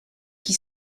qui